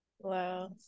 Wow